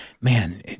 man